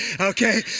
okay